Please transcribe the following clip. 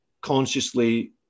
consciously